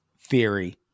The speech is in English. theory